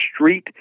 street